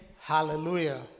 Hallelujah